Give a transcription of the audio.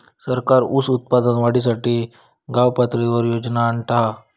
सरकार ऊस उत्पादन वाढीसाठी गावपातळीवर योजना आणता हा